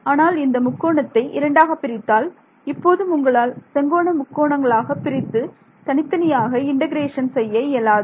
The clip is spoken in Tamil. ஆனால் இந்த முக்கோணத்தை இரண்டாகப் பிரித்தால் இப்போதும் உங்களால் செங்கோண முக்கோணங்களாக பிரித்து தனித்தனியாக இன்டெகிரேஷன் செய்ய இயலாது